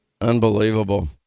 Unbelievable